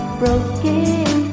broken